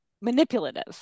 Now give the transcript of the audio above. manipulative